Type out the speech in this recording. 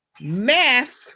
math